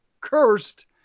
cursed